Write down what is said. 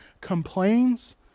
complains